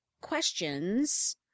questions